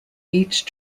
each